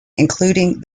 including